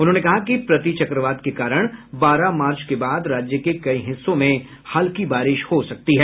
उन्होंने कहा कि प्रति चक्रवात के कारण बारह मार्च के बाद राज्य के कई हिस्सों में हल्की बारिश हो सकती है